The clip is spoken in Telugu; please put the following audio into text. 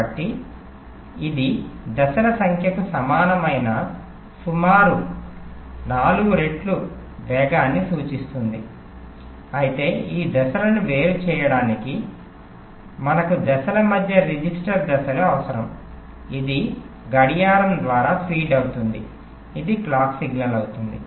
కాబట్టి ఇది దశల సంఖ్యకు సమానమైన సుమారు 4 వేగాన్ని సూచిస్తుంది అయితే ఈ దశలను వేరుచేయడానికి మనకు దశల మధ్య రిజిస్టర్ దశలు అవసరం ఇది గడియారం ద్వారా ఫీడ్ అవుతుంది ఇది క్లాక్ సిగ్నల్ అవుతుంది